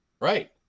Right